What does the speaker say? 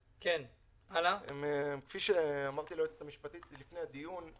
כפי שאמרתי ליועצת המשפטית לפני הדיון,